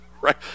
right